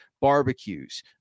barbecues